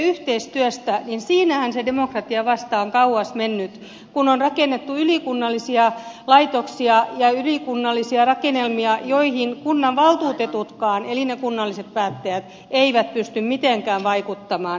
ja kun puhutte yhteistyöstä niin siinähän se demokratia vasta on kauas mennyt kun on rakennettu ylikunnallisia laitoksia ja ylikunnallisia rakennelmia joihin kunnanvaltuutetutkaan eli ne kunnalliset päättäjät eivät pysty mitenkään vaikuttamaan